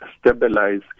stabilize